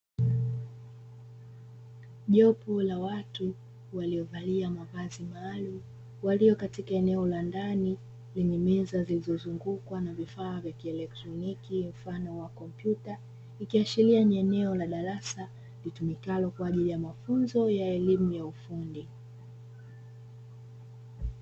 Jopo la watu waliyovalia mavazi maalumu, walioko katika eneo la ndani lenye meza zilizozungukwa na vifaa vya kielektroniki, mfano wa kompyuta, ikiashiria ni eneo la darasa litumikalo kwa ajili ya mafunzo ya elimu ya ufundi.